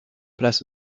place